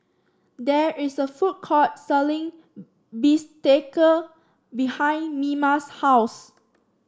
there is a food court selling bistake behind Mima's house